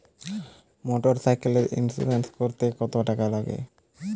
মোটরসাইকেলের ইন্সুরেন্স করতে কত টাকা লাগে?